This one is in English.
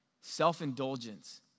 Self-indulgence